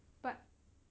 but